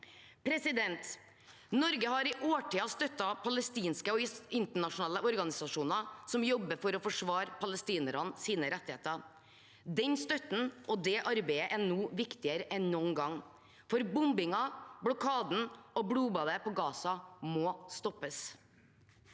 Norge har i årtier støttet palestinske og internasjonale organisasjoner som jobber for å forsvare palestinernes rettigheter. Den støtten og det arbeidet er nå viktigere enn noen gang, for bombingen, blokaden og blodbadet i Gaza må stoppes.